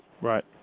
right